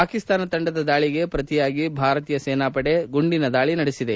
ಪಾಕಿಸ್ತಾನ ತಂಡದ ದಾಳಿಗೆ ಪ್ರತಿಯಾಗಿ ಭಾರತೀಯ ಸೇನಾಪಡೆಯು ಗುಂಡಿನ ದಾಳಿ ನಡೆಸಿದೆ